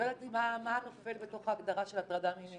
לא ידעתי מה נופל בתוך ההגדרה של הטרדה מינית,